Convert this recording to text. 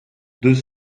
deux